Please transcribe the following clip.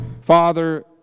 Father